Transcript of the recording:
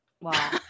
Wow